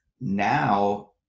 now